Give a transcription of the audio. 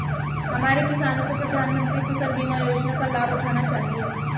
हमारे किसानों को प्रधानमंत्री फसल बीमा योजना का लाभ उठाना चाहिए